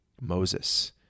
Moses